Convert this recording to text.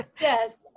Yes